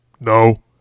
No